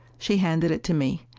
she handed it to me.